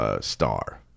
star